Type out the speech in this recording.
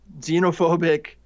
xenophobic